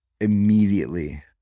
Immediately